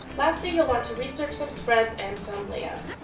lastly, you'll want to research some spreads and some layouts.